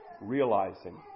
realizing